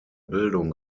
bildung